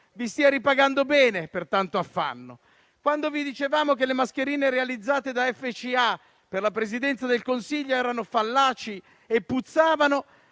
vi stia ripagando bene per tanto affanno. Quando vi dicevamo che le mascherine realizzate da FCA per la Presidenza del Consiglio erano fallaci e puzzavano